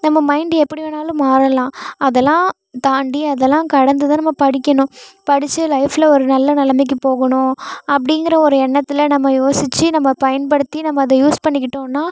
நம்ம மைண்ட் எப்படி வேணாலும் மாறலாம் அதெல்லாம் தாண்டி அதெல்லாம் கடந்து தான் நம்ம படிக்கணும் படித்து லைஃபில் ஒரு நல்ல நெலமைக்கு போகணும் அப்டிங்கிற ஒரு எண்ணத்தில் நம்ம யோசித்து நம்ம பயன்படுத்தி நம்ம அதை யூஸ் பண்ணிக்கிட்டோன்னா